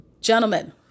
gentlemen